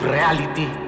reality